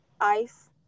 ice